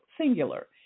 singular